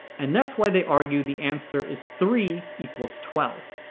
and that's why they argue the answer is three equals twelve.